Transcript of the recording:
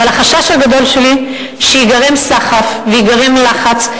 אבל החשש הגדול שלי הוא שייגרם סחף וייגרם לחץ,